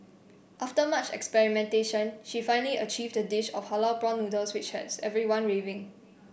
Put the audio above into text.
after much experimentation she finally achieved a dish of halal prawn noodles which has everyone raving